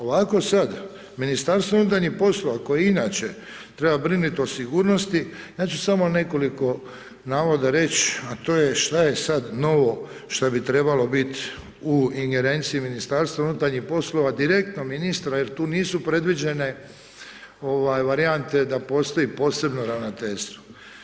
Ovako sad Ministarstvo unutarnjih poslova koje inače treba brinuti o sigurnosti, ja ću samo nekoliko navoda reći, a to je što je sad novo što bi trebalo bit u ingerenciji Ministarstva unutarnjih poslova direktno ministra, jer tu nisu predviđene varijante da postoji posebno ravnateljstvo.